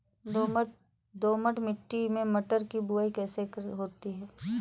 दोमट मिट्टी में मटर की बुवाई कैसे होती है?